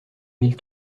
mille